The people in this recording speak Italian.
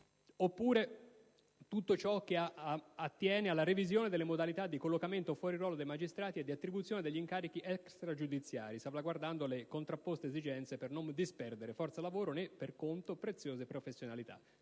Ancora: tutto ciò che attiene alla revisione delle modalità di collocamento fuori ruolo dei magistrati e di attribuzione degli incarichi extragiudiziari, salvaguardando le contrapposte esigenze per non disperdere forza lavoro né, per contro, preziose professionalità;